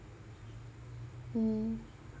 mm